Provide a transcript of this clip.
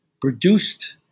produced